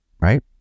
right